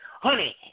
Honey